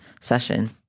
session